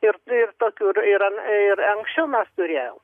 ir ir tokių ir an ir anksčiau mes turėjom